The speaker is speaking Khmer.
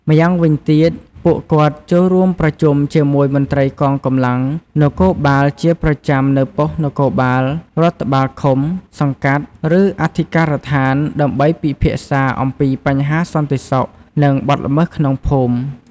ម្យ៉ាងវិញទៀត ពួកគាត់ចូលរួមប្រជុំជាមួយមន្ត្រីកម្លាំងនគរបាលជាប្រចាំនៅប៉ុស្តិ៍នគរបាលរដ្ឋបាលឃុំ-សង្កាត់ ឬអធិការដ្ឋាន ដើម្បីពិភាក្សាអំពីបញ្ហាសន្តិសុខ និងបទល្មើសក្នុងភូមិ។